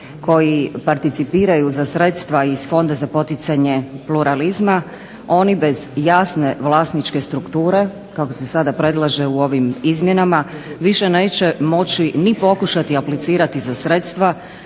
koji participiraju za sredstva iz Fonda za poticanje pluralizma, oni bez jasne vlasničke strukture kako se sada predlaže u ovim izmjenama više neće moći ni pokušati aplicirati za sredstva